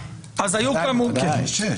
ודאי.